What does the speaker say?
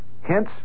Hence